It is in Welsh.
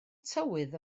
tywydd